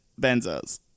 benzos